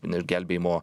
ir gelbėjimo